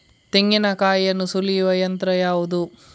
ತೆಂಗಿನಕಾಯಿಯನ್ನು ಸುಲಿಯುವ ಯಂತ್ರ ಯಾವುದು?